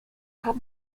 have